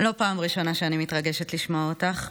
זו לא פעם ראשונה שאני מתרגשת לשמוע אותך.